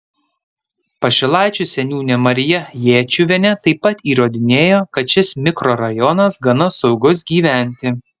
pašilaičių seniūnė marija jėčiuvienė taip pat įrodinėjo kad šis mikrorajonas gana saugus gyventi